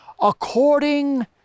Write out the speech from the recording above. according